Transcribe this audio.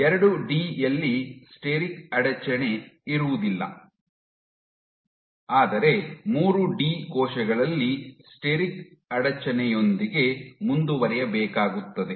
ಎರಡು ಡಿ 2ಡಿ ಯಲ್ಲಿ ಸ್ಟೆರಿಕ್ ಅಡಚಣೆ ಇರುವುದಿಲ್ಲ ಆದರೆ ಮೂರು ಡಿ 3ಡಿ ಕೋಶಗಳಲ್ಲಿ ಸ್ಟೆರಿಕ್ ಅಡಚಣೆಯೊಂದಿಗೆ ಮುಂದುವರಿಯಬೇಕಾಗುತ್ತದೆ